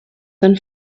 than